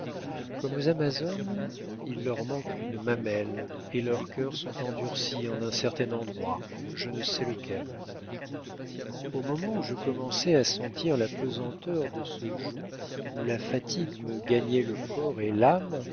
comme aux amazones il leur manque une mamelle et leurs cœurs sont endurcis en un certain endroit je ne sais lequel au moment où je commençais à sentir la pesanteur de ce joug où la fatigue me gagnait le corps et l'âme